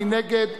מי נגד?